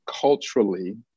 culturally